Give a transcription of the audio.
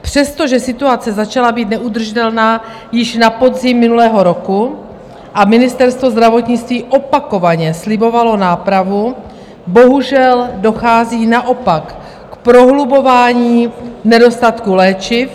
Přestože situace začala být neudržitelná již na podzim minulého roku a Ministerstvo zdravotnictví opakovaně slibovalo nápravu, bohužel dochází naopak k prohlubování nedostatku léčiv.